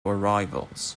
arrivals